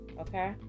okay